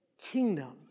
kingdom